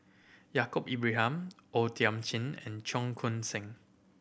Yaacob Ibrahim O Thiam Chin and Cheong Koon Seng